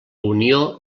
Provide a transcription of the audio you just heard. unió